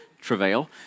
travail